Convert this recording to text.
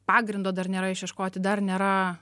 pagrindo dar nėra išieškoti dar nėra